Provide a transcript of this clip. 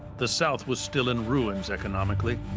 the south was still in ruins economically.